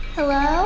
Hello